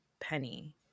Penny